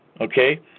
Okay